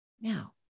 Now